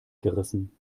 gerissen